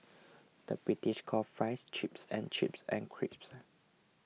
the British calls Fries Chips and chips and crisps